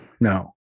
No